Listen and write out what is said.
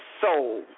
soul